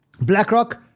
blackrock